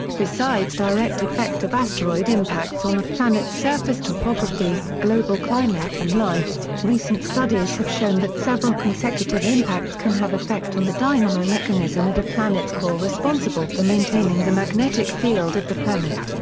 besides direct effect of asteroid impacts on a planet's surface topography, global climate and life, recent studies have shown that several consecutive impacts can have effect on the dynamo mechanism at a planet's core responsible for maintaining the magnetic field of the planet,